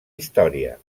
història